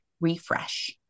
refresh